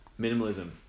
minimalism